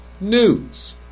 news